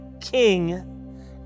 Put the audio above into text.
king